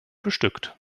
bestückt